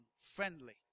friendly